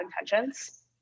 intentions